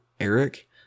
Eric